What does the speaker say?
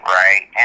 right